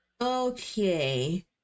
Okay